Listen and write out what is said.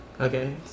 Okay